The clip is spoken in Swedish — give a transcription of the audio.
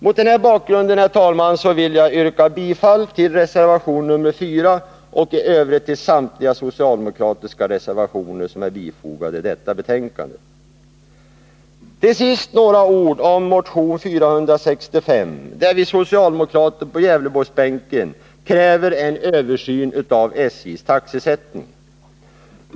Mot den här bakgrunden, herr talman, vill jag yrka bifall till reservation nr 4 och i övrigt till samtliga socialdemokratiska reservationer som är fogade till betänkandet. Till sist några ord om motion 465, där vi socialdemokrater på Gävleborgsbänken kräver en översyn av SJ:s taxesättning.